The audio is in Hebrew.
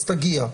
אז תגיע,